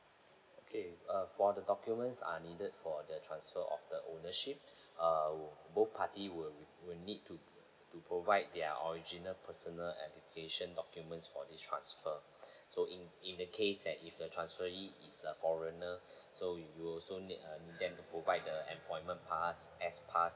okay uh for the documents are needed for the transfer of the ownership err both party would would need to to provide their original personal application documents for the transfer so in in the case that if the transferee is a foreigner so you also need err need them to provide the employment pass S pass